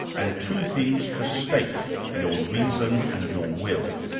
and two things to stake, your reason and your will.